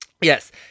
Yes